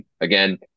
Again